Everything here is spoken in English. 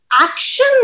action